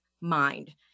mind